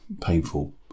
painful